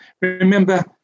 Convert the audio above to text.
remember